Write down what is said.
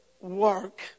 work